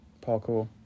Parkour